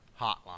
hotline